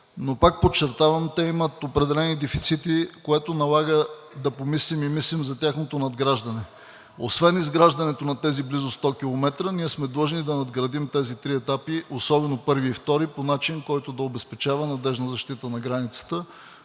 но пак подчертавам: те имат определени дефицити, което налага да помислим и мислим за тяхното надграждане. Освен изграждането на тези близо 100 км ние сме длъжни да надградим тези три етапа по начин, особено първи и втори, който да обезпечава надеждна защита на границата.